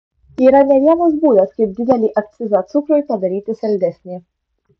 yra ne vienas būdas kaip didelį akcizą cukrui padaryti saldesnį